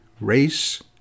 race